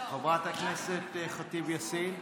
חברת הכנסת ח'טיב יאסין,